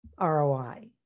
ROI